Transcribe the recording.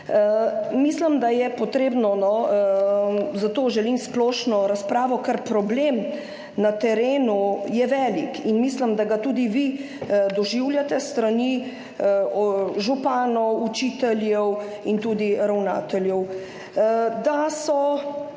Mislim, da je potrebno, zato želim splošno razpravo, ker problem na terenu je velik in mislim, da ga tudi vi doživljate s strani županov, učiteljev in tudi ravnateljev. Da so